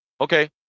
Okay